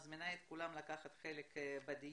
אני מזמינה את כולם לקחת חלק בדיון.